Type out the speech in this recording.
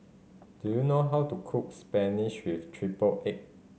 do you know how to cook spinach with triple egg